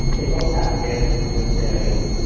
they both have advantages and disadvantages.